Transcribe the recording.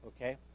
okay